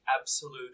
absolute